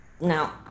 Now